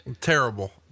Terrible